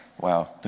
wow